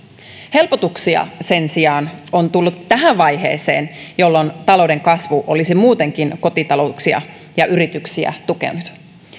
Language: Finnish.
helpotuksia sen sijaan on tullut tähän vaiheeseen jolloin talouden kasvu olisi muutenkin kotitalouksia ja yrityksiä tukenut